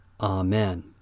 Amen